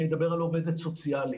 אני מדבר על עובדת סוציאלית,